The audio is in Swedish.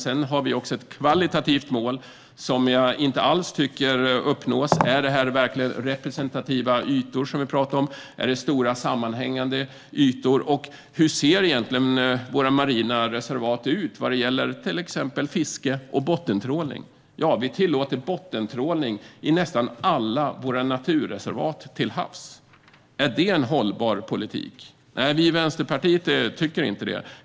Vi har också ett kvalitativt mål som jag inte tycker uppnås alls. Är det verkligen representativa ytor som vi talar om? Är det stora sammanhängande ytor? Och hur ser egentligen våra marina reservat ut när det gäller till exempel fiske och bottentrålning? Vi tillåter bottentrålning i nästan alla våra naturreservat till havs. Är det en hållbar politik? Nej, vi i Vänsterpartiet tycker inte det.